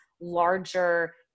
larger